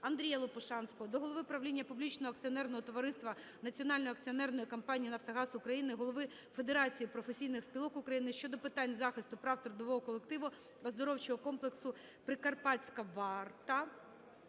Андрія Лопушанського до голови правління публічного акціонерного товариства Національної акціонерної компанії "Нафтогаз України", голови Федерації професійних спілок України щодо питань захисту прав трудового колективу оздоровчого комплексу "Прикарпатська варта"…